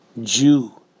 Jew